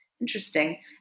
interesting